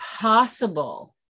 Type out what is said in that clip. possible